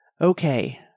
Okay